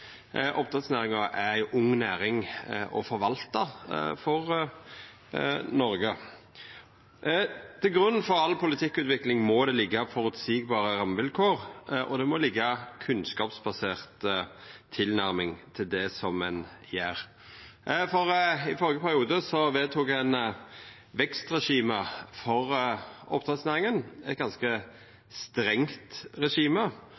Oppdrettsnæringa er ei ung næring å forvalta for Noreg. Til grunn for all politikkutvikling må det liggja føreseielege rammevilkår, og det må vera ei kunnskapsbasert tilnærming til det ein gjer. I førre periode vedtok ein eit vekstregime for oppdrettsnæringa, eit